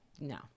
no